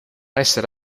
essere